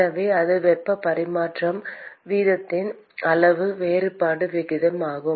எனவே அது வெப்பம் பரிமாற்றப்படும் வீதத்தின் அளவு வேறுபாடு விகிதம் ஆகும்